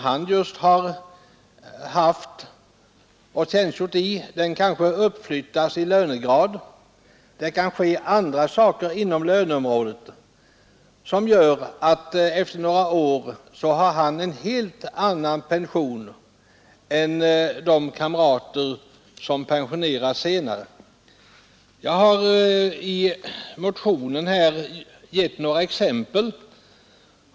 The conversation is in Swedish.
Den tjänst som han innehaft blir kanske uppflyttad lönegradsmässigt eller andra förändringar inträffar på löneområdet som gör att han efter några år har en helt annan pension än de arbetskamrater får som då blir pensionerade. Jag har i motionen anfört några exempel.